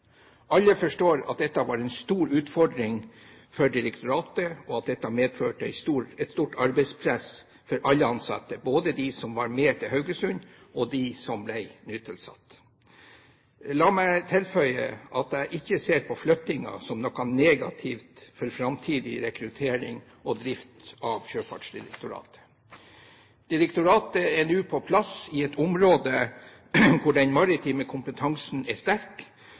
Alle forstår at dette var en stor utfordring for direktoratet, og at det medførte et stort arbeidspress for alle ansatte – både dem som var med til Haugesund, og dem som ble nytilsatt. La meg tilføye at jeg ikke ser på flyttingen som noe negativt for framtidig rekruttering og drift av Sjøfartsdirektoratet. Direktoratet er nå på plass i et område hvor den maritime kompetansen er sterk,